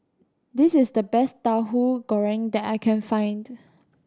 this is the best Tauhu Goreng that I can find